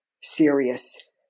serious